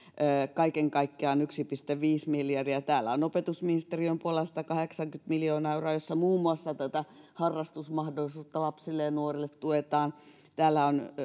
kaiken kaikkiaan siis yksi pilkku viisi miljardia täällä on opetusministeriön puolelle satakahdeksankymmentä miljoonaa euroa jolla muun muassa tätä harrastusmahdollisuutta lapsille ja nuorille tuetaan täällä on